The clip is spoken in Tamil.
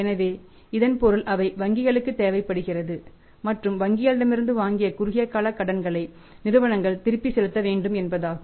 எனவே இதன் பொருள் அவை வங்கிகளுக்கு தேவைப்படுகிறது மற்றும் வங்கிகளிடமிருந்து வாங்கிய குறுகியகால கடன்களை நிறுவனங்கள் திருப்பி செலுத்த வேண்டும் என்பதாகும்